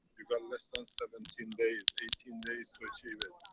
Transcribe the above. you've got less than seventeen days, eighteen days to achieve it.